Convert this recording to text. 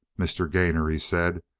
mr. gainor, he said,